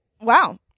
Wow